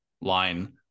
line